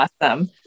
Awesome